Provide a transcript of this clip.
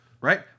Right